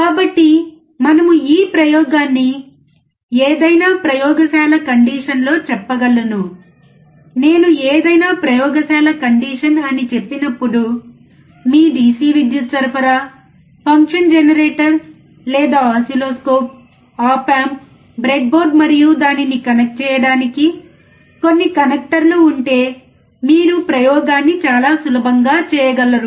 కాబట్టి మనము ఈ ప్రయోగాన్ని ఏదైనా ప్రయోగశాల కండిషన్లో చెప్పగలను నేను ఏదైనా ప్రయోగశాల కండిషన్ ని చెప్పినప్పుడు మీ DC విద్యుత్ సరఫరా ఫంక్షన్ జనరేటర్ లేదా ఓసిల్లోస్కోప్ ఆప్ ఆంప్ బ్రెడ్బోర్డ్ మరియు దానిని కనెక్ట్ చేయడానికి కొన్ని కనెక్టర్లు ఉంటే మీరు ప్రయోగాన్ని చాలా సులభంగా చేయగలరు